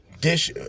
dish